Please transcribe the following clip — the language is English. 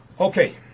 Okay